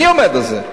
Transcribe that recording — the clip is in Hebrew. אני עומד על זה.